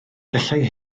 gallai